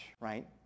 right